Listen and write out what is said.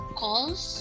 calls